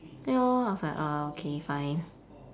then I was like uh okay fine